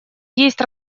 есть